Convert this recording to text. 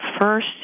first